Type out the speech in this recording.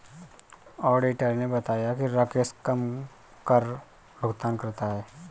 auditor ने बताया कि राकेश कम कर भुगतान करता है